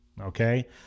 okay